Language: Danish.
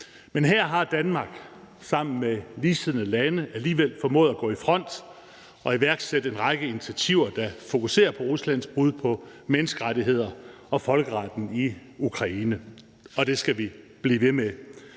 Men her har Danmark sammen med ligesindede lande alligevel formået at gå i front og iværksætte en række initiativer, der fokuserer på Ruslands brud på menneskerettigheder og folkeretten i Ukraine, og det skal vi blive ved med.